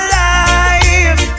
life